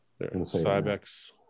Cybex